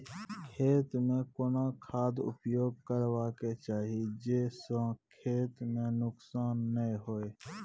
खेत में कोन खाद उपयोग करबा के चाही जे स खेत में नुकसान नैय होय?